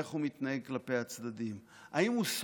איך הוא מתנהג כלפי הצדדים,